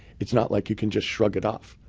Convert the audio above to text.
it's not like you can just shrug it off.